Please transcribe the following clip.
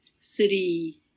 city